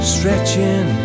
Stretching